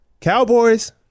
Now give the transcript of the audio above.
Cowboys